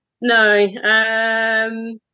No